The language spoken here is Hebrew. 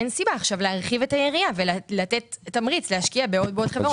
אין סיבה עכשיו להרחיב את היריעה ולתת תמריץ להשקיע בעוד ועוד חברות.